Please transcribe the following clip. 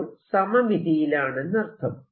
അപ്പോൾ സമമിതിയിലാണെന്നർത്ഥം